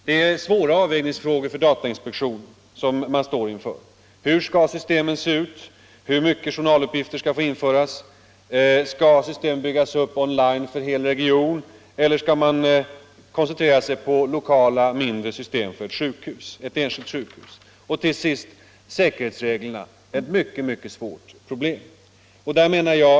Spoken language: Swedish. Det är svåra avvägningsfrågor som datainspektionen här står inför: Hur skall systemen se ut? Hur mycket journaluppgifter skall få införas? Skall systemen byggas upp on-line för en hel region eller skall man koncentrera sig på lokala, mindre system för enskilda sjukhus? Till sist utgör också säkerhetsreglerna ett mycket svårt problem.